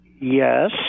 Yes